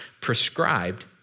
prescribed